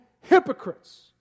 hypocrites